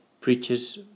preaches